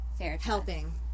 helping